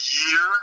year